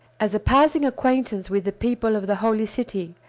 as a passing acquaintance with the people of the holy city,